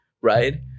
right